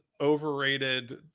overrated